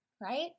right